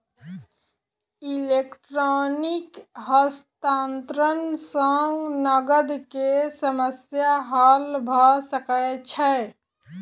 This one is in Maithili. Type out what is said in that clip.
इलेक्ट्रॉनिक हस्तांतरण सॅ नकद के समस्या हल भ सकै छै